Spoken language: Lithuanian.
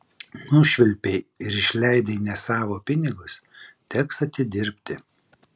nušvilpei ir išleidai ne savo pinigus teks atidirbti